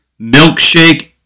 Milkshake